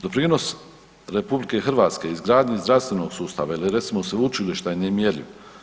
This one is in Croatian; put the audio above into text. Doprinos RH izgradnji zdravstvenog sustava ili recimo sveučilišta je nemjerljiv.